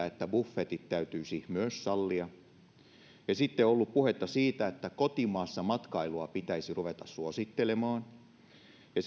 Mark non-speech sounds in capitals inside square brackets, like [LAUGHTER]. [UNINTELLIGIBLE] että buffetit täytyisi myös sallia sitten on ollut puhe siitä että kotimaassa matkailua pitäisi ruveta suosittelemaan ja [UNINTELLIGIBLE]